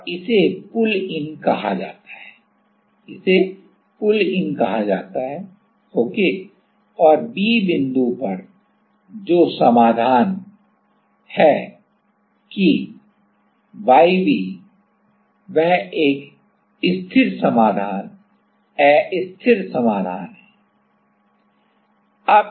और इसे pull in pull in कहा जाता है इसे पुल इन कहा जाता हैओके और Bबिंदु पर समाधान जो कि yb है वह एक अस्थिर समाधान अस्थिर समाधान है